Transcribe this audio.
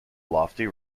lofty